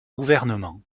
gouvernement